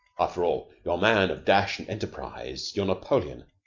after all, your man of dash and enterprise, your napoleon,